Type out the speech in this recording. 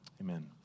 amen